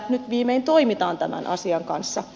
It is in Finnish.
nyt viimein toimitaan tämän asian kanssa